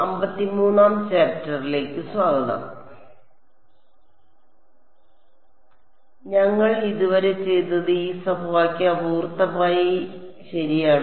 അതിനാൽ ഞങ്ങൾ ഇതുവരെ ചെയ്തത് ഈ സമവാക്യം അമൂർത്തമായി ശരിയാണ്